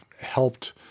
helped